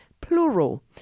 Plural